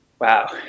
Wow